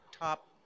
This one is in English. top